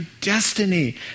destiny